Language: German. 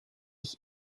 ich